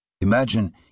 Imagine